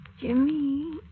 Jimmy